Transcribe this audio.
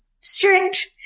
strict